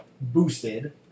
boosted